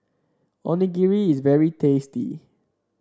onigiri is very tasty